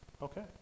Okay